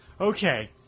okay